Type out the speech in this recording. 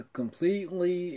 completely